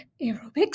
aerobics